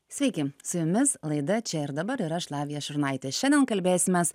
sveiki su jumis laida čia ir dabar ir aš lavija šurnaitė šiandien kalbėsimės